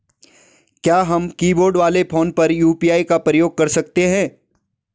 क्या हम कीबोर्ड वाले फोन पर यु.पी.आई का प्रयोग कर सकते हैं?